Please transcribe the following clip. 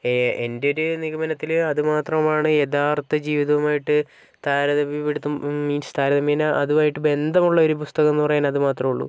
എൻ്റെ ഒരു നിഗമനത്തിൽ അതുമാത്രമാണ് യഥാർത്ഥ ജീവിതവുമായിട്ട് താരതമ്യപ്പെടുത്തും മീൻസ് താരതമ്യേന അതുമായിട്ട് ബന്ധമുള്ള ഒരു പുസ്തകം എന്നു പറയാൻ അത് മാത്രമേ ഉള്ളൂ